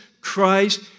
Christ